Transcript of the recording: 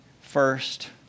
first